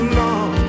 long